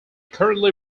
currently